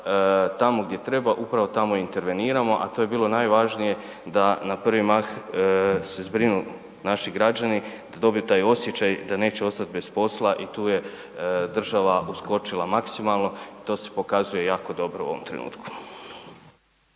tamo gdje treba, upravo tamo interveniramo, a to je bilo najvažnije da na prvi mah se zbrinu naši građani, da dobiju taj osjećaj da neće ostati bez posla i tu je država uskočila maksimalno i to se pokazuje jako dobro u ovom trenutku.